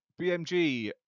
BMG